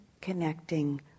connecting